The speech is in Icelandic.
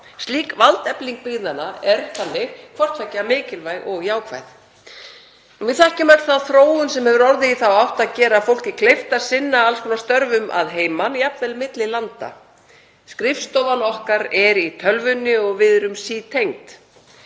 Slík valdefling byggðanna er þannig hvort tveggja mikilvæg og jákvæð. Við þekkjum öll þá þróun sem hefur orðið í þá átt að gera fólki kleift að sinna alls konar störfum að heiman, jafnvel milli landa. Skrifstofan okkar er í tölvunni og við erum sítengd.